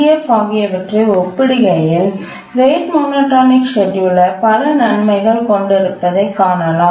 F ஆகியவற்றை ஒப்பிடுகையில் rate monotonic scheduler பல நன்மைகள் கொண்டிருப்பதைக் காணலாம்